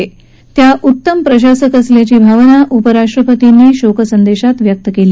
तर त्या उत्तम प्रशासक असल्याची भावना उपराष्ट्रपतींनी व्यक्त केली